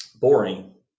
boring